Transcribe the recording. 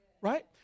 right